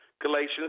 Galatians